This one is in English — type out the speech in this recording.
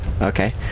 okay